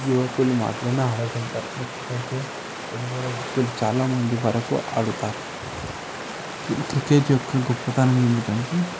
యువకులు మాత్రమే ఆడగలతరు క్రికెట్ అయితే ఎందరో వ్యక్తులు చాలామంది వరకు ఆడుతారు ఈ క్రికెట్ యొక్క గొప్పతనం ఏమిటంటే